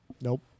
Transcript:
Nope